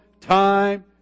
time